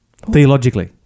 theologically